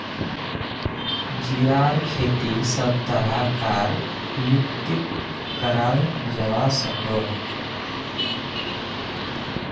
जीरार खेती सब तरह कार मित्तित कराल जवा सकोह